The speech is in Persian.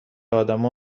آدما